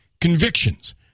convictions